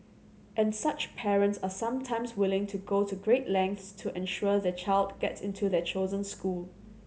and such parents are sometimes willing to go to great lengths to ensure their child gets into their chosen school